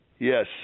Yes